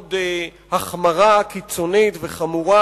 עוד החמרה קיצונית וחמורה,